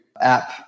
app